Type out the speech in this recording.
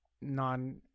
non